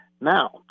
Now